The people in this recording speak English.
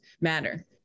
matter